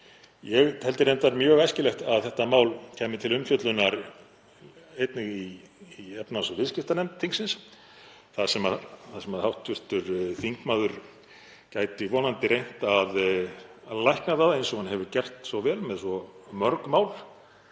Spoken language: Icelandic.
Ég teldi reyndar mjög æskilegt að málið kæmi til umfjöllunar einnig í efnahags- og viðskiptanefnd þingsins þar sem hv. þingmaður gæti vonandi reynt að lækna það, eins og hann hefur gert svo vel með svo mörg mál